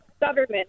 government